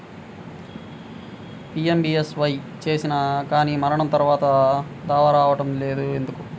PMBSY చేసినా కానీ మరణం తర్వాత దావా రావటం లేదు ఎందుకు?